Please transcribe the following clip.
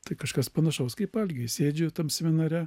tai kažkas panašaus kaip algiui sėdžiu tam seminare